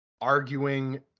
arguing